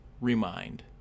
remind